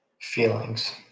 Feelings